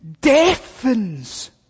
deafens